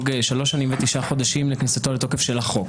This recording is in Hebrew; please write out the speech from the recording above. שלוש שנים ותשעה חודשים לכניסתו לתוקף של החוק,